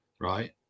right